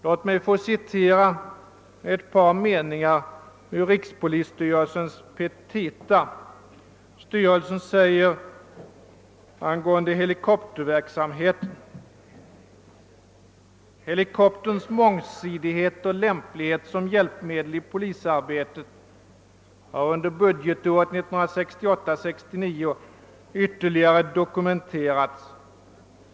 Jag vill citera ett par meningar ur rikspolisstyrelsens petita där styrelsen angående helikopterverksamheten säger: »Helikopterns mångsidighet «och lämplighet som hjälpmedel i polisarbetet har under budgetåret 1968/69 ytterligare dokumenterats.